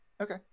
Okay